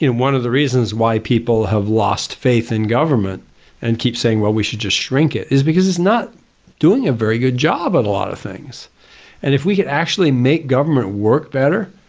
one of the reasons why people have lost faith in government and keep saying well, we should just shrink it, is because it's not doing a very good job at a lot of things and if we could actually make government work better,